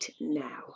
now